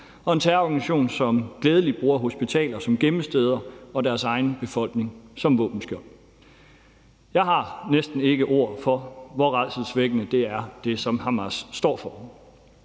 og en terrororganisation, som gladelig bruger hospitaler som gemmesteder og deres egen befolkning som våbenskjold. Jeg har næsten ikke ord for, hvor rædselsvækkende det, som Hamas står for,